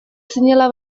zinela